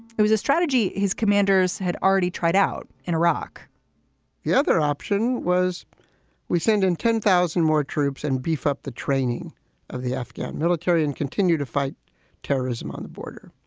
it was a strategy his commanders had already tried out in iraq the other option was we send in ten thousand more troops and beef up the training of the afghan military and continue to fight terrorism on the border.